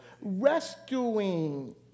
rescuing